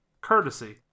courtesy